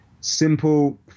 simple